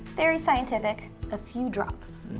very scientific a few drops.